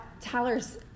Tyler's